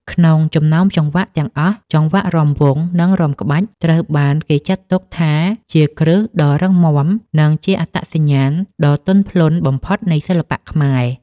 ក្នុងចំណោមចង្វាក់ទាំងអស់ ចង្វាក់រាំវង់ និងរាំក្បាច់ ត្រូវបានគេចាត់ទុកថាជាគ្រឹះដ៏រឹងមាំ និងជាអត្តសញ្ញាណដ៏ទន់ភ្លន់បំផុតនៃសិល្បៈខ្មែរ។